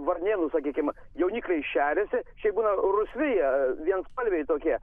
varnėnų sakykim jaunikliai šeriasi šiaip būna rusvi jie vienspalviai tokie